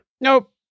Nope